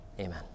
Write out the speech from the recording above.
Amen